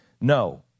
No